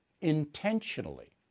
Intentionally